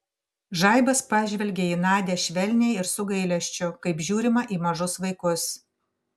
žaibas pažvelgė į nadią švelniai ir su gailesčiu kaip žiūrima į mažus vaikus